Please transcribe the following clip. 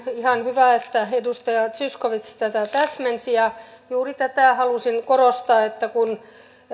ihan hyvä että edustaja zyskowicz tätä täsmensi ja juuri tätä halusin korostaa että kun